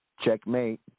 Checkmate